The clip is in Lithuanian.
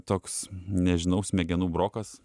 toks nežinau smegenų brokas